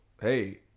hey